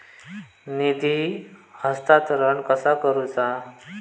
निधी हस्तांतरण कसा करुचा?